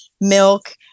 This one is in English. milk